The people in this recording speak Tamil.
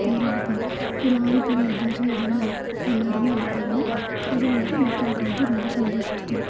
தேர் இழுப்பாங்க இதில் ஆண் பெண் வித்தியாசம் எதுவுமே இல்லை எல்லாருமே இழுப்பாங்க அது வந்துட்டு மக்களுக்கு வந்துட்டு ரொம்ப சந்தோஷத்தை தரும்